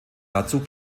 dazu